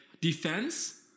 Defense